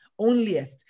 onlyest